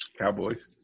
Cowboys